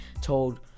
told